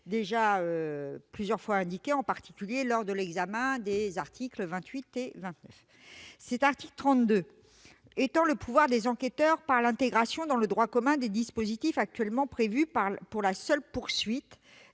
été plusieurs fois indiqué, en particulier lors de l'examen des articles 28 et 29. L'article 32 étend le pouvoir des enquêteurs par l'intégration dans le droit commun des dispositifs actuellement prévus pour la seule poursuite